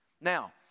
Now